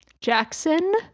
Jackson